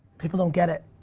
people don't get it.